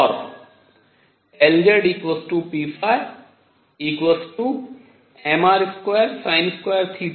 और Lzpmr2 भी एक नियतांक है